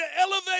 elevate